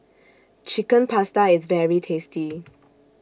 Chicken Pasta IS very tasty